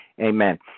Amen